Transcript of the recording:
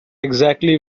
exactly